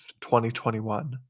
2021